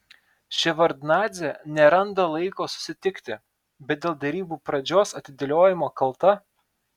ševardnadzė neranda laiko susitikti bet dėl derybų pradžios atidėliojimo kalta